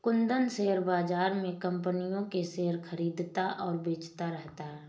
Kundan share बाज़ार में कम्पनियों के शेयर खरीदता और बेचता रहता है